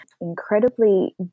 incredibly